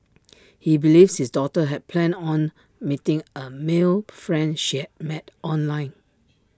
he believes his daughter had planned on meeting A male friend she had met online